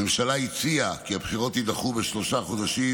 הממשלה הציעה כי הבחירות יידחו בשלושה חודשים,